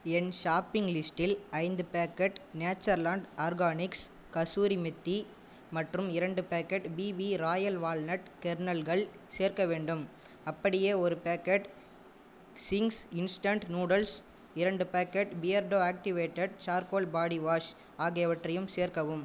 என் shopping லிஸ்டில் ஐந்து packet Natureland Organics kasuri methi மற்றும் இரண்டு பேக்கெட் பிபீ ராயல் வால்னட் கர்னல்கள் சேர்க்க வேண்டும் அப்படியே ஒரு பேக்கெட் சிங்க்ஸ் இன்ஸ்டன்ட் நூடுல்ஸ் இரண்டு packet Beardo activated charcoal body wash ஆகியவற்றையும் சேர்க்கவும்